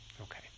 Okay